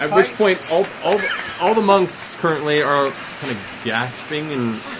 um which point, all um all the monks currently are kind of gasping in